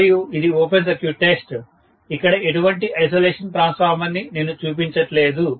మరియు ఇది open circuit test ఇక్కడ ఎటువంటి ఐసొలేషన్ ట్రాన్స్ఫార్మర్ ని నేను చూపించట్లేదు